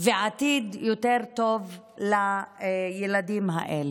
ועתיד יותר טוב לילדים האלה.